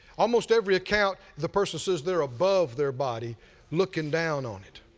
almost every account the person said they're above their body looking down on it.